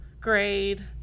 grade